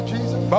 Jesus